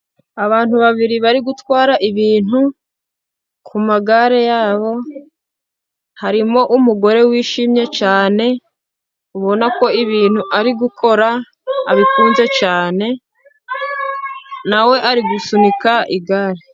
Abantu babiri bari gutwara ibintu ku magare yabo, harimo umugore wishimye cyane, ubona ko ibintu ari gukora abikunze cyane, na we ari gusunika igare.